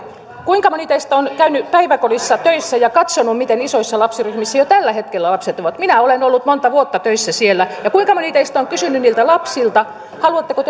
kuinka moni teistä on käynyt päiväkodissa töissä ja katsonut miten isoissa lapsiryhmissä jo tällä hetkellä lapset ovat minä olen ollut monta vuotta töissä siellä ja kuinka moni teistä on kysynyt niiltä lapsilta haluatteko